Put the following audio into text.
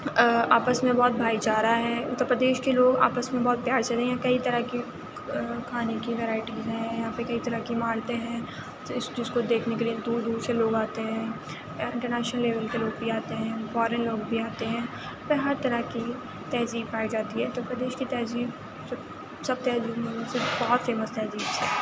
آپس میں بہت بھائی چارہ ہے اُتر پردیش كے لوگ آپس میں بہت پیار سے رہے ہیں کئی طرح کی کھانے کی ویرائیٹیز بھی ہیں یہاں پہ کئی طرح كے عمارتیں ہیں تو اِس چیز كو دیكھنے كے لیے دور دور سے لوگ آتے ہیں اںٹر نیشنل لیول کے لوگ بھی آتے ہیں فارین لوگ بھی آتے ہیں یہاں ہر طرح کی تہذیب پائی جاتی ہے تو اُتر پردیش كی تہذیب سب سب تہذیبوں میں سے بہت فیمس تہذیب ہے